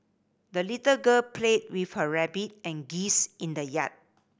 the little girl played with her rabbit and geese in the yard